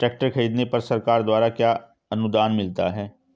Tractor खरीदने पर सरकार द्वारा क्या अनुदान मिलता है?